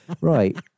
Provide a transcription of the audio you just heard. Right